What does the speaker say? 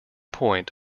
point